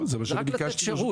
רק לתת שירות,